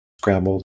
scrambled